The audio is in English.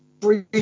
Three